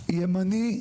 ימני,